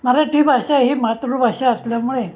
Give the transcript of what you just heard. मराठी भाषा ही मातृभाषा असल्यामुळे